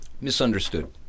Misunderstood